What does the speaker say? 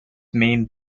main